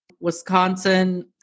Wisconsin